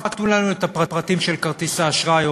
רק תנו לנו את הפרטים של כרטיס האשראי,